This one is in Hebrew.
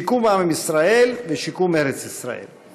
שיקום עם ישראל ושיקום ארץ ישראל.